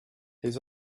his